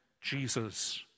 Jesus